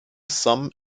sum